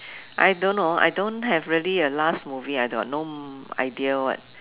I don't know I don't have really a last movie I got no idea what